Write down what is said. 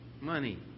money